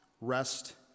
rest